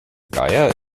geier